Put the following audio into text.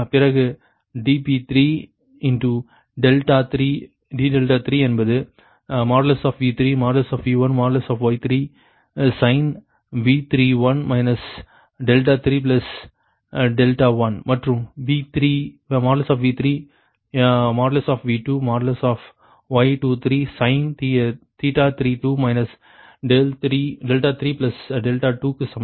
பிறகு dp3 d3 என்பது V3V1Y31sin 31 31 மற்றும் V3V2Y23sin 32 32 க்கு சமம்